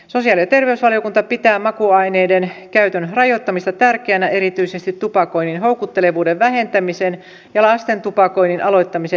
sosiaali ja terveysvaliokunta pitää makuaineiden käytön rajoittamista tärkeänä erityisesti tupakoinnin houkuttelevuuden vähentämisen ja lasten tupakoinnin aloittamisen ehkäisemisen kannalta